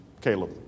Caleb